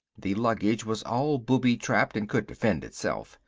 the luggage was all booby-trapped and could defend itself.